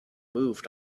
moved